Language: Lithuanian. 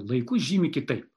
laikus žymi kitaip